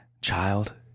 Child